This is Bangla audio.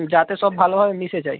যাতে সব ভালোভাবে মিশে যায়